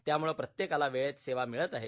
त्यामुळे प्रत्येकाला वेळेत सेवा मिळत आहे